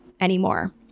anymore